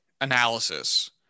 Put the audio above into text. analysis